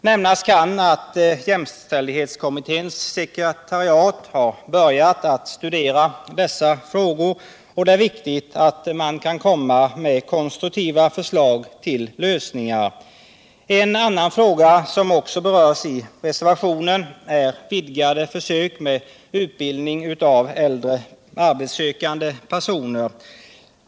Nämnas kan att jämställdhetskommitténs sekreteriat har börjat att studera dessa frågor, och det är viktigt att man kan komma med konstruktiva förslag till lösningar. En annan fråga som också berörs i reservationen är vidgade försök med utbildning av äldre arbetssökande personer.